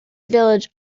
village